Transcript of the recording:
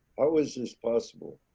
i was as possible.